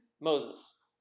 Moses